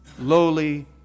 lowly